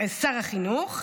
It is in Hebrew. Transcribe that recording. שר החינוך,